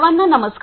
सर्वांना नमस्कार